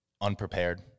unprepared